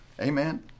Amen